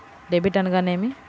Debit అనగానేమి?